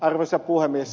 arvoisa puhemies